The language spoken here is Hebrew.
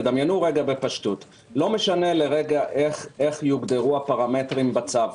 לא משנה איך יוגדרו הפרמטרים בצו.